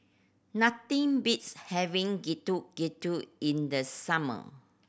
nothing beats having Getuk Getuk in the summer